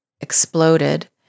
exploded